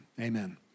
amen